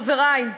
חברי,